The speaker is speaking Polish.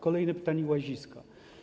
Kolejne pytanie, Łaziska.